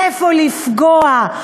איפה לפגוע,